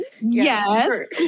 Yes